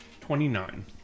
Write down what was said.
Twenty-nine